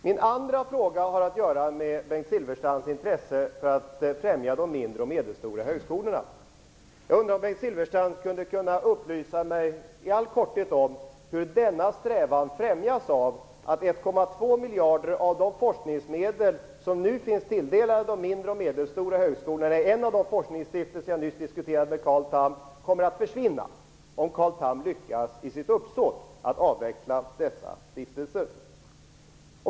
Min andra fråga har att göra med Bengt Silfverstrands intresse för att främja de mindre och medelstora högskolorna. Jag undrar om Bengt Silfverstrand kunde upplysa mig i all korthet om hur denna strävan främjas av att 1,2 miljarder av de forskningsmedel som nu är tilldelade till de mindre och medelstora högskolorna - från en av de forskningsstiftelser som jag nyss diskuterade med Carl Tham - kommer att försvinna, om Carl Tham lyckas i sitt uppsåt att avveckla dessa stiftelser.